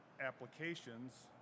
applications